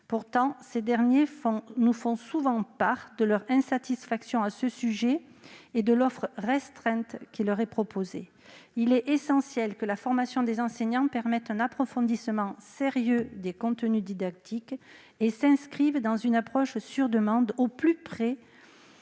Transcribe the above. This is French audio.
Pourtant, ces derniers nous font souvent part de leur insatisfaction à ce sujet, due à l'offre restreinte qui leur est proposée. Il est essentiel que la formation des enseignants permette un approfondissement sérieux des contenus didactiques. Elle doit s'inscrire dans une approche « sur demande », au plus près